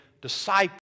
disciple